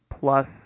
plus